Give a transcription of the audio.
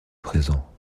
présent